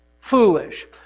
Foolish